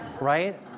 right